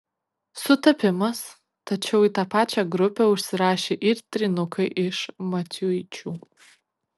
sutapimas tačiau į tą pačią grupę užsirašė ir trynukai iš maciuičių